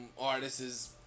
Artists